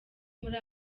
muri